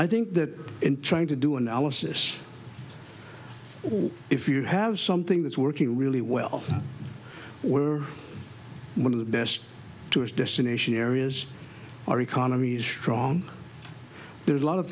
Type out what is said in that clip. i think that in trying to do analysis if you have something that's working really well we're one of the best tourist destination areas our economy is strong there's a lot of